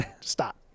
Stop